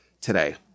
today